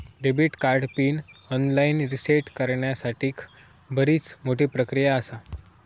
debit card pin online reset करण्यासाठीक बरीच मोठी प्रक्रिया आसा